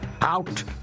Out